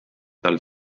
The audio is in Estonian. tal